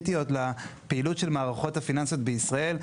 לפעילות של מערכות הפיננסיות בישראל,